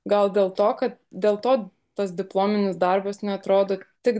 gal dėl to kad dėl to tas diplominis darbas neatrodo tik